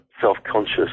self-conscious